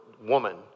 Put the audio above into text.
woman